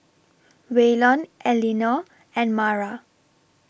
Waylon Elinor and Mara